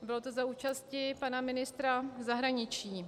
Bylo to za účasti pana ministra zahraničí.